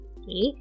Okay